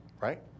right